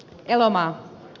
elomaa